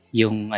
yung